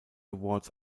awards